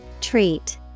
Treat